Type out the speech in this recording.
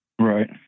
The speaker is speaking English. Right